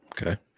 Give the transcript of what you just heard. Okay